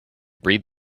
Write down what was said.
breed